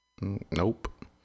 Nope